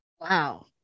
Wow